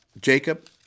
Jacob